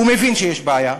הוא מבין שיש בעיה,